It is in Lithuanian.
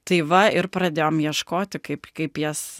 tai va ir pradėjom ieškoti kaip kaip jas